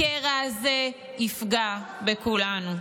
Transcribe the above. הקרע הזה יפגע בכולנו.